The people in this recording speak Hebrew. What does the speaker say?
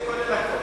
וזה כולל הכול.